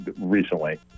recently